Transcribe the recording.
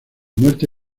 muerte